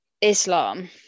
Islam